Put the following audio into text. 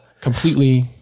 completely